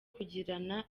kugirana